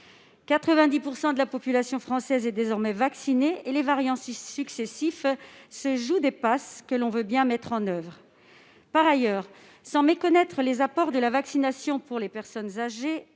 90 % de la population française est vaccinée et les variants successifs se jouent des passes que l'on veut bien instaurer. Par ailleurs, sans méconnaître les apports de la vaccination pour les personnes âgées